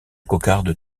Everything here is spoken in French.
cocarde